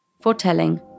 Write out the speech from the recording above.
foretelling